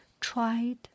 tried